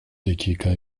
dakika